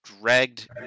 Dragged